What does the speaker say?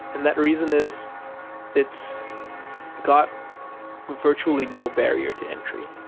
and that reason is it's got virtually no barrier to entry.